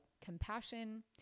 compassion